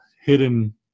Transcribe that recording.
hidden